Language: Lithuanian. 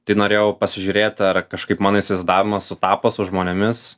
tai norėjau pasižiūrėt ar kažkaip mano įsivaizdavimas sutapo su žmonėmis